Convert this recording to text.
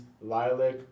Lilac